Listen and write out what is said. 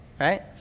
Right